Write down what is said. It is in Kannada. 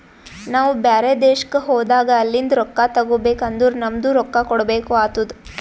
ನಾವು ಬ್ಯಾರೆ ದೇಶ್ಕ ಹೋದಾಗ ಅಲಿಂದ್ ರೊಕ್ಕಾ ತಗೋಬೇಕ್ ಅಂದುರ್ ನಮ್ದು ರೊಕ್ಕಾ ಕೊಡ್ಬೇಕು ಆತ್ತುದ್